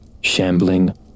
shambling